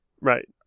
right